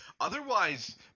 otherwise